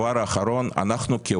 אנחנו,